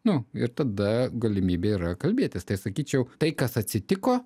nu ir tada galimybė yra kalbėtis tai sakyčiau tai kas atsitiko